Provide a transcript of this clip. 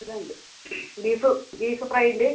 ഇത്രയും ഉണ്ട് beef beef fry ഉണ്ട്